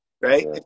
Right